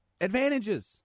advantages